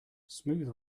smooth